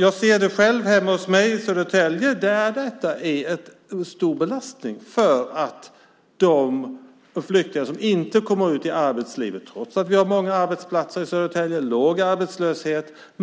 Jag ser det själv hemma hos mig i Södertälje. Det är en stor belastning med de flyktingar som inte kommer ut i arbetslivet. Vi har många arbetsplatser i Södertälje och låg arbetslöshet.